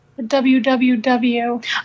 WWW